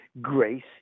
grace